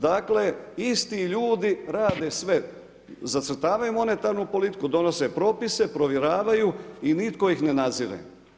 Dakle, isti ljudi rade sve, zacrtavaju monetarnu politiku, donose propise, provjeravaju i nitko ih ne nadzire.